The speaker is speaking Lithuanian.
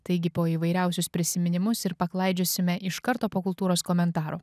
taigi po įvairiausius prisiminimus ir paklaidžiosime iš karto po kultūros komentaro